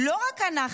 לא רק אנחנו,